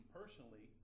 personally